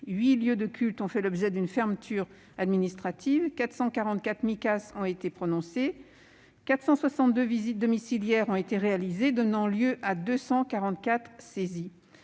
8 lieux de culte ont fait l'objet d'une fermeture administrative, 444 Micas ont été prononcées, 462 visites domiciliaires ont été réalisées, donnant lieu à 244 saisies.